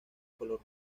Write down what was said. color